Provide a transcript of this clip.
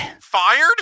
Fired